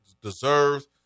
deserves